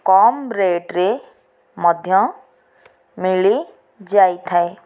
କମ ରେଟ୍ରେ ମଧ୍ୟ ମିଳି ଯାଇଥାଏ